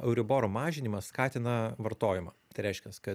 euriboro mažinimas skatina vartojimą tai reiškias kad